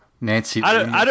Nancy